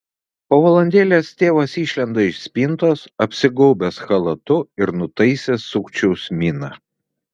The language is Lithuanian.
po valandėlės tėvas išlenda iš spintos apsigaubęs chalatu ir nutaisęs sukčiaus miną